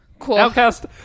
Outcast